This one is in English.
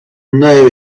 know